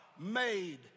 made